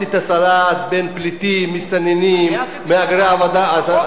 עשית סלט בין פליטים, מסתננים, מהגרי עבודה.